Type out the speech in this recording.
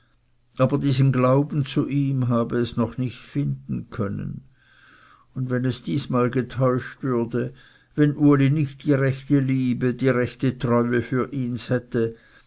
aber diesen glauben zu ihm habe es noch nicht finden können und wenn es diesmal getäuscht würde wenn uli nicht die rechte liebe die rechte treue für ihns hätte